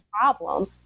problem